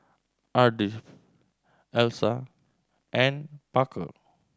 Ardith Elsa and Parker